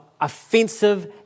offensive